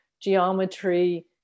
geometry